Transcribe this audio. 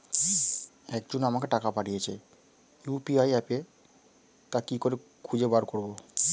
একজন আমাকে টাকা পাঠিয়েছে ইউ.পি.আই অ্যাপে তা কি করে খুঁজে বার করব?